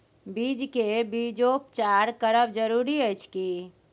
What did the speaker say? बीज के बीजोपचार करब जरूरी अछि की?